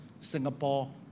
Singapore